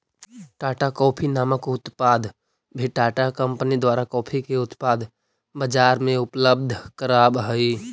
Tata coffee नामक उत्पाद भी टाटा कंपनी द्वारा कॉफी के उत्पाद बजार में उपलब्ध कराब हई